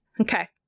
Okay